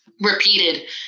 repeated